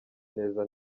neza